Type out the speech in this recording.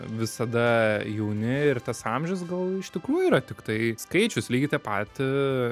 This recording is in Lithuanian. visada jauni ir tas amžius gal iš tikrųjų yra tiktai skaičius lygiai tą patį